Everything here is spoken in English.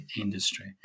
industry